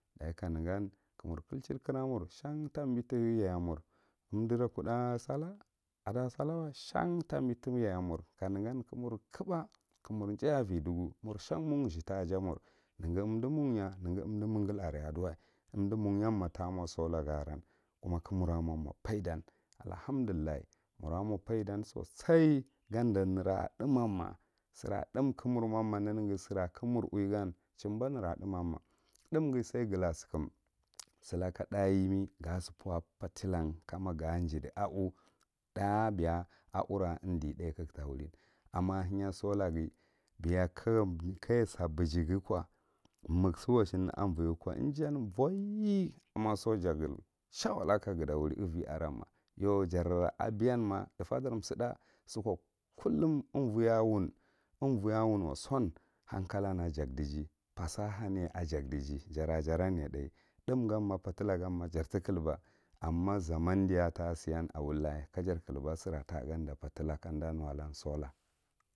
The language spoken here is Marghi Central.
Dakai ka negan ka amur kulechin kir amur shan tabi tiyeya mur kanegan kamur khaba ka mur jay a vidugu mur shan ma mur ziɓye ta ija mur meghi undi munya ma ta a mo sola ga aran kuma ka mura mo faida allahamdullahi mur mo faidan josai gadda nera uthimman ma sira thum ka mur mon ma neneghi sira ka mus uwi gan ehumɓa nera nthuman ma nthumghi sai nghula sugum sulaka tha yimi ga fuw wako ratilan, ga jiddi a uh thaa biya a utr ar indi tha kagata ehali amima aheya solaɓir beya kaja sa bege ghukwa maksu washin unvoiye kwa ingen voiye amajo ya shawallaka nghata wuri uunyan aran ma yau jara abiyan ma thifadar jida siko kullum unvoi a waun hankalan ajakdige fasahanye ajajdige, jara jaran tha thumganma fatlu ganma jarti kilɓa umganma diya tasiyan kajar kilɓa sira ta gatdda futla kajar mukana solar.